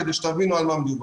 כדי שתבינו על מה מדובר.